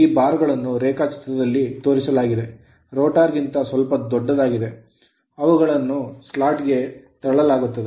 ಈ ಬಾರ್ ಗಳನ್ನು ರೇಖಾಚಿತ್ರದಲ್ಲಿ ತೋರಿಸಲಾಗಿದೆ rotor ಗಿಂತ ಸ್ವಲ್ಪ ದೊಡ್ಡದಾಗಿದೆ ಅವುಗಳನ್ನು ಸ್ಲಾಟ್ ಗೆ ತಳ್ಳಲಾಗುತ್ತದೆ